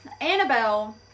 Annabelle